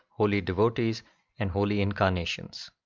holy devotees and holy incarnations.